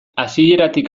hasieratik